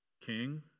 king